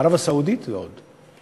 ערב-הסעודית ועוד.